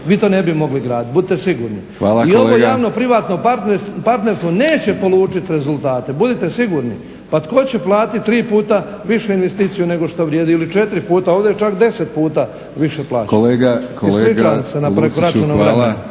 kolega. **Lucić, Franjo (HDZ)** I ovo javno-privatno partnerstvo neće polučit rezultate, budite sigurni. Pa tko će platit tri puta više investiciju nego što vrijedi ili četiri puta, ovdje je čak deset puta više plaćeno. Ispričavam